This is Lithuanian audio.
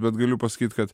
bet galiu pasakyt kad